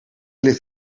ligt